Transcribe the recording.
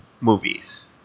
movies